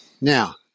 Now